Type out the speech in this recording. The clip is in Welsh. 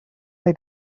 wnei